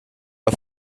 auf